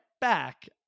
back